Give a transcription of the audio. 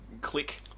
click